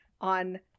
on